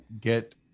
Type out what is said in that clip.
get